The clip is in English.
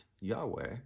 Yahweh